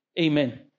Amen